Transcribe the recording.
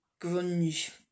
grunge